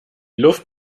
luft